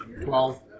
Twelve